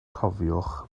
cofiwch